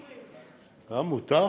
מותר?